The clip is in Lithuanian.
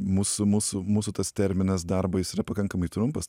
mūsų mūsų mūsų tas terminas darbo jis yra pakankamai trumpas